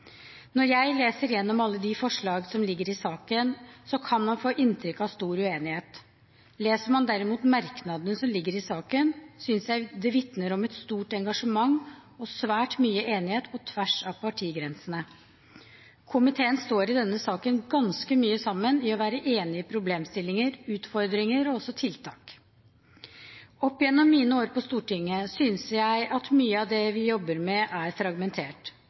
Når man leser gjennom alle de forslag som ligger i saken, kan man få inntrykk av stor uenighet. Leser man derimot merknadene som ligger i saken, synes jeg de vitner om stort engasjement og svært mye enighet på tvers av partigrensene. Komiteen står i denne saken ganske samlet om problemstillinger, utfordringer og også tiltak. Opp gjennom mine år på Stortinget har jeg syntes at mye av det vi jobber med, er fragmentert.